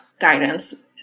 guidance